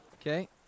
Okay